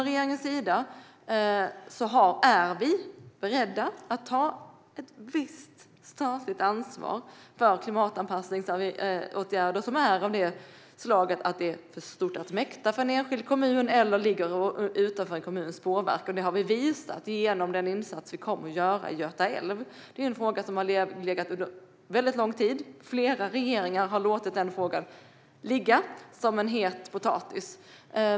Regeringen är beredd att ta ett visst statligt ansvar för klimatanpassningsåtgärder som är för stora för en enskild kommun att mäkta med eller som ligger utanför en kommuns påverkan. Det har vi också visat genom den insats som vi kommer att göra i Göta älv. Det är en fråga som har legat under lång tid. Flera regeringar har låtit den ligga som en het potatis.